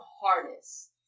harness